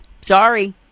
Sorry